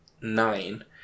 nine